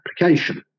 application